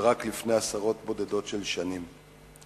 ורק לפני עשרות בודדות של שנים.